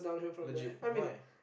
legit why